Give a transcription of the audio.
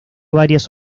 varias